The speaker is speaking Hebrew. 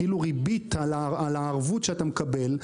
כאילו ריבית על הערבות שאתה מקבל,